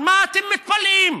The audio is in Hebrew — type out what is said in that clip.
על מה אתם מתפלאים?